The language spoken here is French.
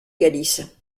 galice